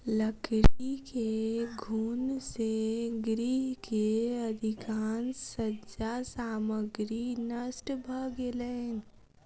लकड़ी के घुन से गृह के अधिकाँश सज्जा सामग्री नष्ट भ गेलैन